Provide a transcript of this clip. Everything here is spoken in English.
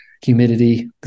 humidity